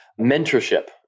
Mentorship